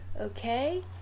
Okay